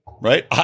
right